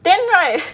then right